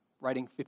writing